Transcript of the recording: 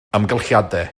amgylchiadau